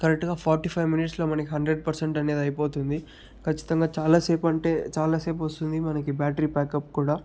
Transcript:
కరెక్ట్గా forty five మినిట్స్లో మనకి హండ్రెడ్ పర్సెంట్ అనేది అయిపోతుంది ఖచ్చితంగా చాలా సేపు అంటే చాలాసేపు వస్తుంది మనకి బ్యాటరీ బ్యాకప్ కూడా